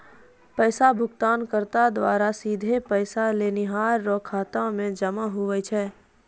पैसा भुगतानकर्ता द्वारा सीधे पैसा लेनिहार रो खाता मे जमा हुवै छै